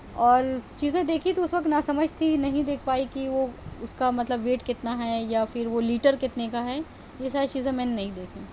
اور چیزیں دیکھی تو اُس وقت نا سمجھ تھی نہیں دیکھ پائی کہ وہ اُس کا مطلب ویٹ کتنا ہے یا پھر وہ لیٹر کتنے کا ہے یہ ساری چیزیں میں نہیں دیکھیں